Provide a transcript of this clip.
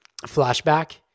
flashback